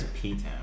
P-Town